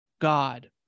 God